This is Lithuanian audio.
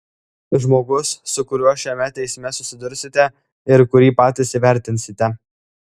žmogus su kuriuo šiame teisme susidursite ir kurį patys įvertinsite